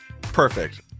Perfect